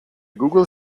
google